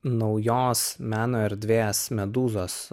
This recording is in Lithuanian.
naujos meno erdvės medūzos